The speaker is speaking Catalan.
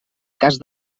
cas